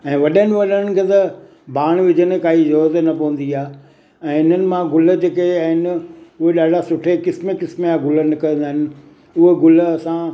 ऐं वॾनि वॾनि खे त बाण विझण जी त काई ज़रूरत ई न पवंदी आ्हे ऐं हिननि मां गुल जेके आहिनि उहे ॾाढा सुठे क़िस्म क़िस्म जा गुल निकरंदा आहिनि उहे गुल असां